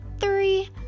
three